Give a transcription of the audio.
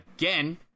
again